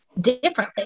differently